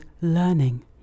learning